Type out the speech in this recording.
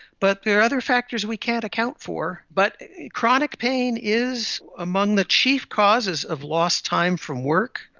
but there are other factors we can't account for. but chronic pain is among the chief causes of lost time from work,